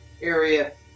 area